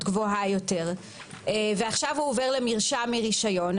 גבוהה יותר ועכשיו הוא עובר למרשם מרישיון,